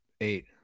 Eight